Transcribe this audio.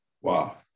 Wow